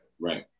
Right